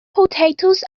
potatoes